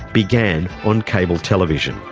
began on cable television.